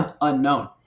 unknown